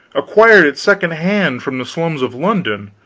acquired at second-hand from the slums of london,